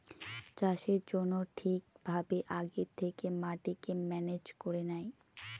চাষের জন্য ঠিক ভাবে আগে থেকে মাটিকে ম্যানেজ করে নেয়